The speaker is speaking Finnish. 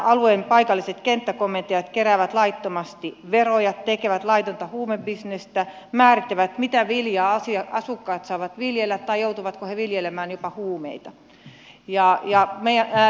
alueen paikalliset kenttäkomentajat keräävät laittomasti veroja tekevät laitonta huumebisnestä määrittävät mitä viljaa asukkaat saavat viljellä tai joutuvatko he viljelemään jopa huumeita